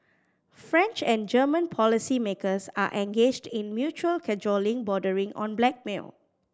French and German policymakers are engaged in mutual cajoling bordering on blackmail